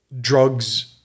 drugs